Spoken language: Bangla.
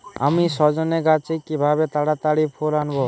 আমি সজনে গাছে কিভাবে তাড়াতাড়ি ফুল আনব?